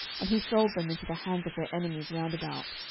and he sold them into the hands of their enemies round about,